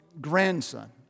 grandson